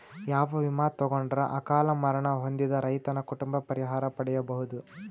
ಯಾವ ವಿಮಾ ತೊಗೊಂಡರ ಅಕಾಲ ಮರಣ ಹೊಂದಿದ ರೈತನ ಕುಟುಂಬ ಪರಿಹಾರ ಪಡಿಬಹುದು?